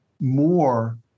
more